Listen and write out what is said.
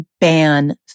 ban